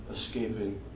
escaping